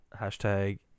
Hashtag